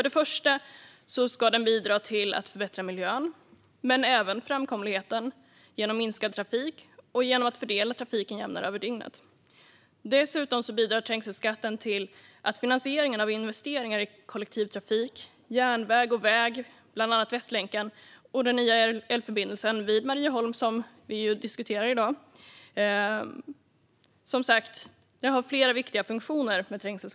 Den ska bidra till att förbättra miljön men även framkomligheten genom minskad trafik och genom att fördela trafiken jämnare över dygnet. Dessutom bidrar trängselskatten till finansieringen av investeringar i kollektivtrafik, järnväg och väg, bland annat Västlänken, och den nya älvförbindelsen vid Marieholm, som vi ju diskuterar i dag. Trängselskatten har som sagt flera viktiga funktioner.